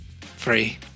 free